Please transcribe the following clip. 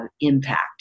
impact